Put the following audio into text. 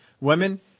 Women